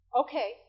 Okay